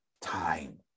time